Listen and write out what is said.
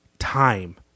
time